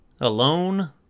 Alone